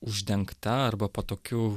uždengta arba po tokiu